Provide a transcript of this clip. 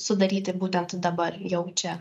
sudaryti būtent dabar jau čia